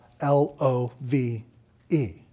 L-O-V-E